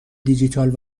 دیجیتال